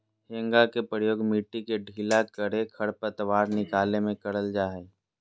हेंगा के प्रयोग मिट्टी के ढीला करे, खरपतवार निकाले में करल जा हइ